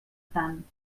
tant